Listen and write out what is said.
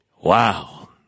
Wow